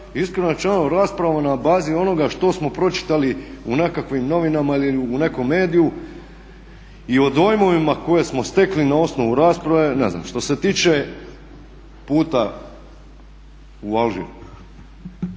iskreno rečeno rasprava na bazi onoga što smo pročitali u nekakvim novinama ili u nekom mediju i o dojmovima koje smo stekli na osnovu rasprave ne znam Što se tiče puta u Alžir,